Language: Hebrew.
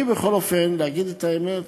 אני בכל אופן, להגיד את האמת,